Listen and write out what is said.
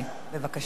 בבקשה.